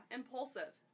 impulsive